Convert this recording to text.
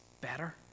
better